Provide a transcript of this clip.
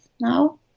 now